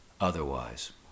otherwise